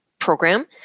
Program